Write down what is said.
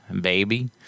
baby